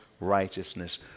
righteousness